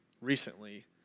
recently